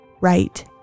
right